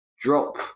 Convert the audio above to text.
drop